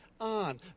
on